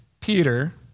Peter